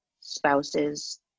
spouses